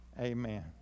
Amen